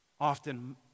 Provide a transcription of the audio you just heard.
Often